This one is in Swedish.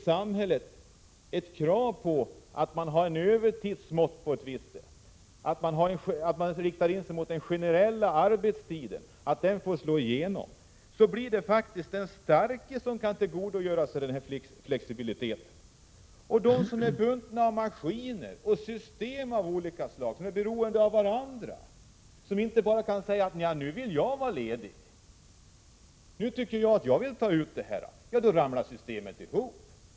Om det inte finns regler om övertid och en inriktning mot en generell arbetstid, blir det faktiskt bara de starka i samhället som kan tillgodogöra sig en flexibel arbetstid. Det kan inte de människor göra som är bundna vid maskiner och system av olika slag och som är beroende av varandra i arbetet. Om de försöker ta ledigt ramlar systemet ihop.